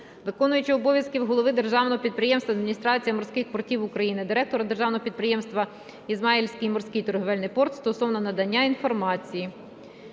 виконувача обов'язків Голови державного підприємства "Адміністрація морських портів України", директора державного підприємства «Ізмаїльський морський торговельний порт» стосовно надання інформації.